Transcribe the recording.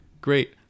great